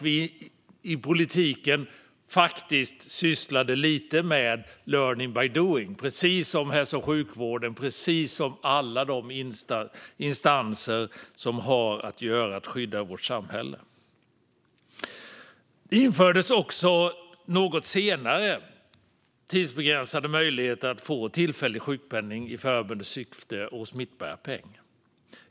Vi i politiken sysslade lite med learning by doing, precis som hälso och sjukvården och alla de instanser som har att skydda vårt samhälle. Det infördes också något senare tidsbegränsade möjligheter att få tillfällig sjukpenning i förebyggande syfte och smittbärarpenning.